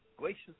Gracious